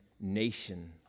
nation